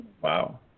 Wow